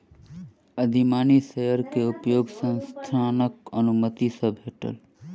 अधिमानी शेयर के उपयोग संस्थानक अनुमति सॅ भेल